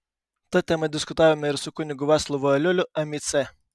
ta tema diskutavome ir su kunigu vaclovu aliuliu mic